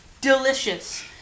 delicious